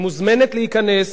היא מוזמנת להיכנס,